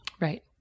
Right